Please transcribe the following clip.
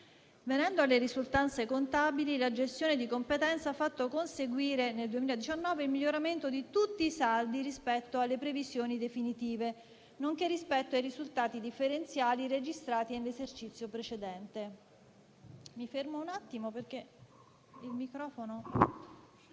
Venendo alle risultanze contabili, la gestione di competenza ha fatto conseguire, nel 2019, il miglioramento di tutti i saldi rispetto alle previsioni definitive, nonché rispetto ai risultati differenziali registrati nell'esercizio precedente.